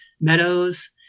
meadows –